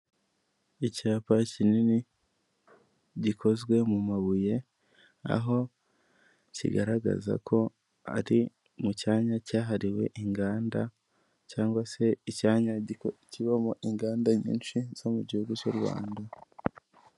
Icyapa kinini gikozwe mu mabuye aho kigaragaza ko ari mu cyanya cyahariwe inganda cangwa se icyanya kibamo inganda nyinshi zo mu gihugu cy'u rwanda.